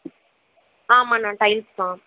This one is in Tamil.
ஆமாம்ண்ணா டைல்ஸ் தான்